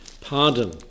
pardon